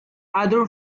other